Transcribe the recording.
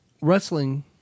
Wrestling